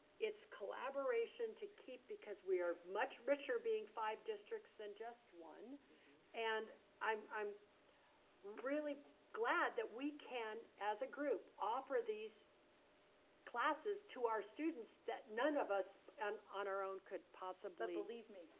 its collaboration to keep because we are much richer being five districts than just one and i'm i'm really glad that we can, as a group, offer these classes to our students that none of us and on our own could possibly but believe me,